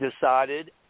decided